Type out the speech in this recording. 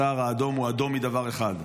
הסהר האדום הוא אדום מדבר אחד,